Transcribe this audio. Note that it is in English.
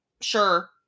sure